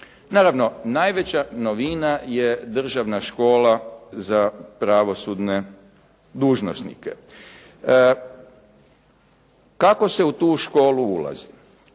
Naravno najveća novina je Državna škola za pravosudne dužnosnike. Kako se u tu školu ulazi?